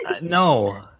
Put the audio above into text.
No